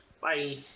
Bye